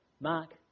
Mark